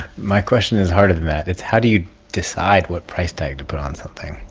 my question is harder than that. it's, how do you decide what price tag to put on something?